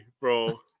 bro